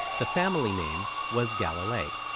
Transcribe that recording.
the family name was galilei.